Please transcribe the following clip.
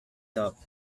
doubt